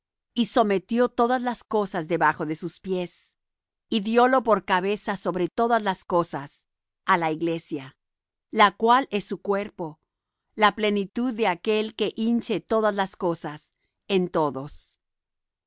y sometió todas las cosas debajo de sus pies y diólo por cabeza sobre todas las cosas á la iglesia la cual es su cuerpo la plenitud de aquel que hinche todas las cosas en todos